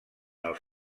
els